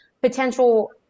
potential